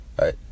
Right